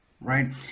right